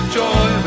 joy